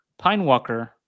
Pinewalker